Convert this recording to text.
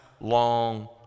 long